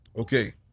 Okay